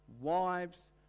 wives